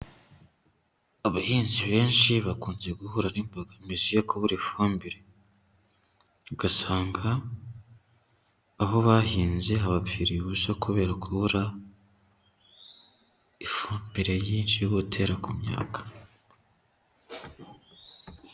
Abahinzi benshi bakunze guhura n'imbogamizi yo kubura ifumbire. Ugasanga abo bahinze habapfiriye ubusa kubera kubura ifumbire nyinshi yo gutera ku myanda.